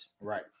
right